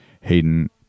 Hayden